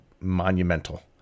monumental